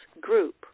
group